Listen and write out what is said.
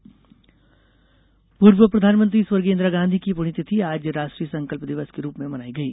संकल्प दिवस पूर्व प्रधानमंत्री स्वर्गीय इंदिरा गांधी की पूण्यतिथि आज राष्ट्रीय संकल्प दिवस के रूप में मनाई गई